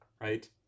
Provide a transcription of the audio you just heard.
right